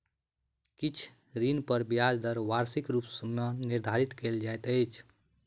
किछ ऋण पर ब्याज दर वार्षिक रूप मे निर्धारित कयल जाइत अछि